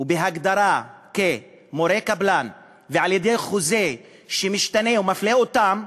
ובהגדרה כמורי קבלן ועל-ידי חוזה שמשתנה ומפלה אותם.